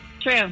True